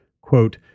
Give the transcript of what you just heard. Quote